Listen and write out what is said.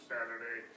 Saturday